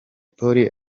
polly